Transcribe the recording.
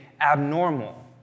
abnormal